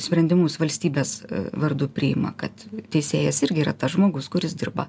sprendimus valstybės vardu priima kad teisėjas irgi yra tas žmogus kuris dirba